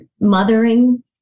mothering